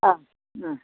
ஆ ம்